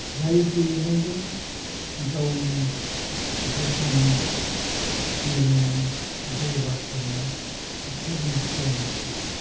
जाय गेलेनायजों गावनि देहानि मेलेमनि जौगासारनाय बेखौ जों खालामनो हायो